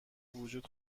وجود